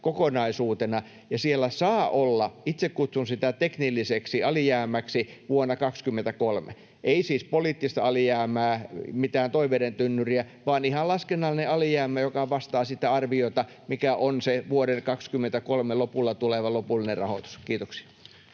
kokonaisuutena, ja siellä saa olla — itse kutsun sitä teknilliseksi alijäämäksi vuonna 23, ei siis poliittista alijäämää, mitään toiveiden tynnyriä, vaan ihan laskennallinen alijäämä, joka vastaa sitä arviota, mikä on se vuoden 23 lopulla tuleva lopullinen rahoitus. — Kiitoksia.